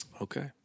Okay